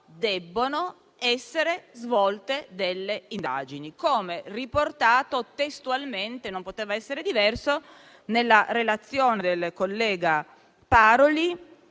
debbono essere svolte delle indagini, come riportato testualmente - non poteva essere diversamente - nella relazione del collega Paroli